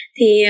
Thì